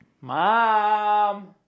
Mom